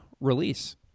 release